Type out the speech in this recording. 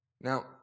Now